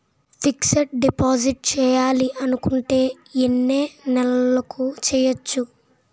Fixed deposit చేయాలి అనుకుంటే ఎన్నే నెలలకు చేయొచ్చు?